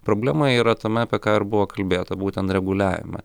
problema yra tame apie ką ir buvo kalbėta būtent reguliavimą